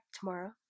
tomorrow